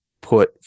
put